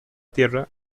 tierra